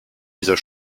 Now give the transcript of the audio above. dieser